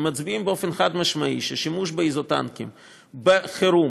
הם מצביעים באופן חד-משמעי ששימוש באיזוטנקים בחירום,